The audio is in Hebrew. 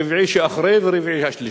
רביעי שאחרי, ורביעי השלישי.